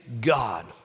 God